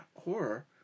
horror